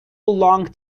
long